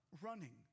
running